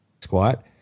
squat